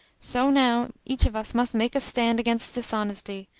so now each of us must make a stand against dishonesty,